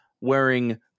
wearing